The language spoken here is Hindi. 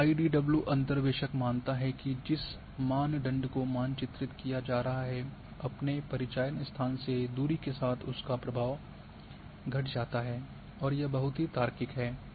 अब आईडीडब्ल्यू अंतर्वेशक मानता है कि जिस मानदंड को मानचित्रित किया जा रहा अपने परिचयन स्थान से दूरी के साथ उसका प्रभाव घट जाता है और यह बहुत ही तार्किक है